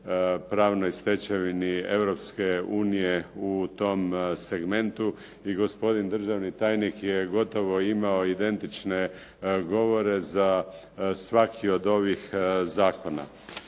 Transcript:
pravnoj stečevini Europske unije u tom segmentu i gospodin državni tajnik je gotovo imao identične govore za svaki od ovih zakona.